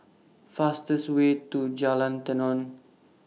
fastest Way to Jalan Tenon